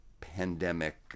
pandemic